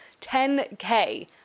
10K